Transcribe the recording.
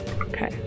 Okay